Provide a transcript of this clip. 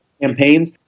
campaigns